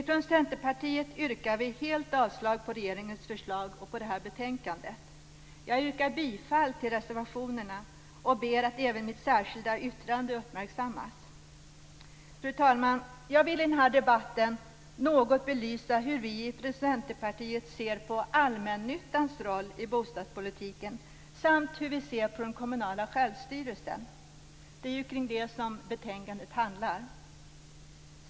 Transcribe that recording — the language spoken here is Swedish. Från Centerpartiet yrkar vi helt avslag på regeringens förslag och på hemställan i detta betänkande. Jag yrkar bifall till reservationerna och ber att även mitt särskilda yttrande uppmärksammas. Fru talman! Jag vill i den här debatten något belysa hur vi från Centerpartiet ser på allmännyttans roll i bostadspolitiken samt hur vi ser på den kommunala självstyrelsen. Det är ju detta som betänkandet handlar om.